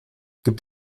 gibt